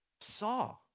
saw